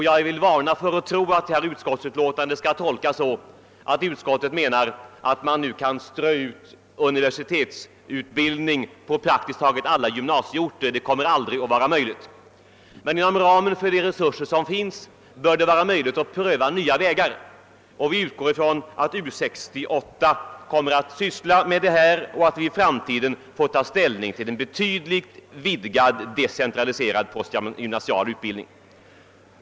Jag vill varna för en sådan tolkning av utskottsutlåtandet att man nu skulle kunna strö ut universitetsutbildning på praktiskt taget alla gymnasieorter. Det kommer aldrig att vara möjligt. Men inom ramen för de resurser som finns bör det vara möjligt att pröva nya vägar. Vi utgår ifrån att U 68 kommer att ta upp detta och att vi i framtiden får ta ställning till en betydligt vidgad decentraliserad postgymnasial utbildning.